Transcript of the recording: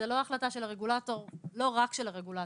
זה לא החלטה לא רק של הרגולטור.